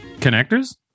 Connectors